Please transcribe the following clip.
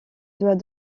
doit